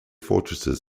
fortresses